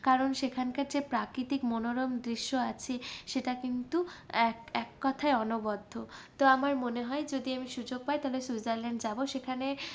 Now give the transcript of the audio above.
কারণ সেখানকার যে প্রাকৃতিক মনোরম দৃশ্য আছে সেটা কিন্তু এক এক কথায় অনবদ্য তো আমার মনে হয় যদি আমি সুযোগ পাই তবে সুইজারল্যান্ড যাবো সেখানে